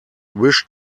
wish